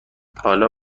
حالا